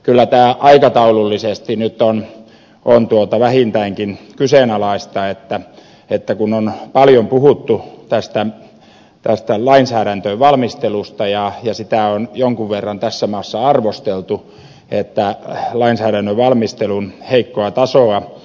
kyllä tämä aikataulullisesti nyt on vähintäänkin kyseenalaista kun on paljon puhuttu lainsäädännön valmistelusta ja on jonkun verran tässä maassa arvosteltu lainsäädännön valmistelun heikkoa tasoa